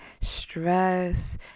stress